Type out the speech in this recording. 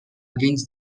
against